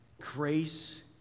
grace